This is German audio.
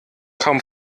kaum